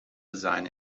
design